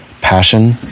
passion